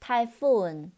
Typhoon